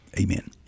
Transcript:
Amen